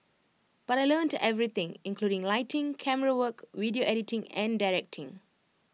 but I learnt everything including lighting camerawork video editing and directing